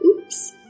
Oops